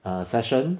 err session